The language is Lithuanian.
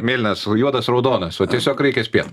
mėlynas juodas raudonas o tiesiog reikia spėt